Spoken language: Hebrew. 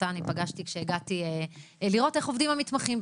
אותה אני פגשתי כשהגעתי לראות איך עובדים המתמחים,